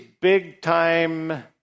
big-time